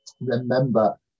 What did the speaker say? remember